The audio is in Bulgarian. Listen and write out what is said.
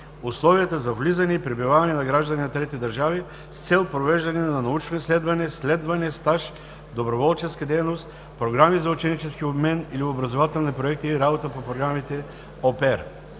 условията за влизане и пребиваване на граждани на трети държави с цел провеждане на научно изследване, следване, стаж, доброволческа дейност, програми за ученически обмен или образователни проекти и работа по програми „au